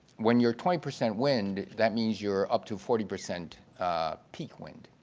when you're twenty percent wind, that means you're up to forty percent peak wind.